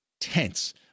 tense